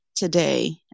today